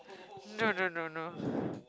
no no no no